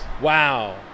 Wow